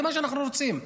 זה מה שאנחנו רוצים.